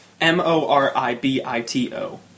M-O-R-I-B-I-T-O